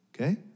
okay